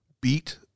beat